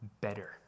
better